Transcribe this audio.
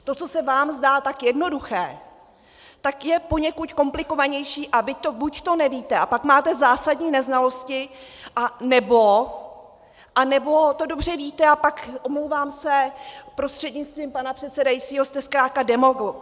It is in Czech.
To, co se vám zdá tak jednoduché, tak je poněkud komplikovanější a vy to buď nevíte, a pak máte zásadní neznalosti, nebo to dobře víte, a pak, omlouvám se prostřednictvím pana předsedajícího, jste zkrátka demagog.